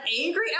angry